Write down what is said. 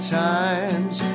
times